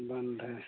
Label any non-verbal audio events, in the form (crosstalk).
(unintelligible)